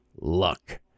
Luck